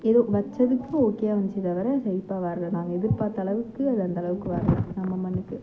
எதோ வச்சதுக்கு ஓகேவா வந்துச்சே தவிர செழிப்பாக வரலை நாங்கள் எதிர்பார்த்த அளவுக்கு அது அந்த அளவுக்கு வரலை நம்ம மண்ணுக்கு